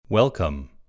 Welcome